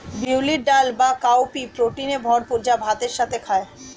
বিউলির ডাল বা কাউপি প্রোটিনে ভরপুর যা ভাতের সাথে খায়